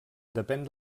depèn